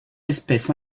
espèces